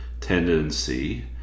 tendency